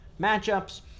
matchups